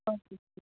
okay okay